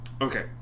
Okay